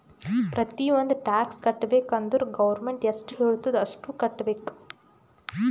ಪ್ರತಿ ಒಂದ್ ಟ್ಯಾಕ್ಸ್ ಕಟ್ಟಬೇಕ್ ಅಂದುರ್ ಗೌರ್ಮೆಂಟ್ ಎಷ್ಟ ಹೆಳ್ತುದ್ ಅಷ್ಟು ಕಟ್ಟಬೇಕ್